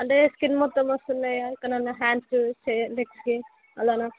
అంటే స్కిన్ మొత్తం వస్తున్నాయా ఎక్కడన్న హాండ్స్కి చే లెగ్స్కి అలాగ